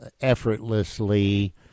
effortlessly